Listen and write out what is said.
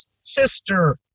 sister